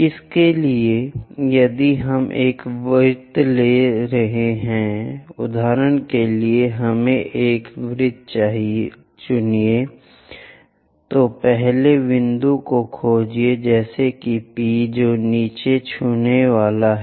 इसलिए यदि हम एक वृत्त ले रहे हैं उदाहरण के लिए हमें एक वृत्त चुनिए तो पहले बिंदु को खोजें जैसे कि P जो नीचे छूने वाला है